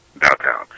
downtown